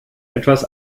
etwas